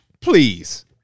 Please